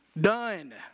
Done